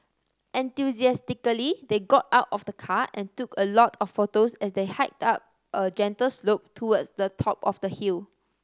enthusiastically they got out of the car and took a lot of photos as they hiked up a gentle slope towards the top of the hill